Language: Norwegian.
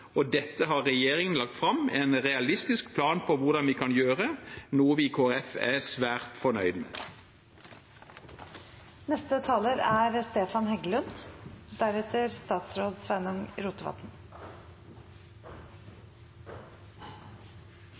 og dette har regjeringen lagt fram en realistisk plan for hvordan vi kan gjøre, noe vi i Kristelig Folkeparti er svært fornøyd med. Det er